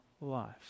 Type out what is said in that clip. life